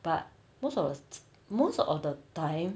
but most of most of the time